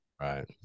Right